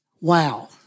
Wow